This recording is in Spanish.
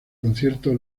concierto